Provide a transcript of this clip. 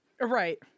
right